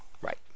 Right